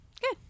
Good